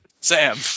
Sam